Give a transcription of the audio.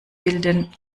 bilden